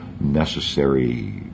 necessary